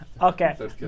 Okay